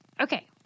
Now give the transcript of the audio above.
okay